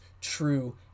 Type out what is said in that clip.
true